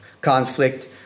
conflict